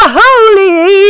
holy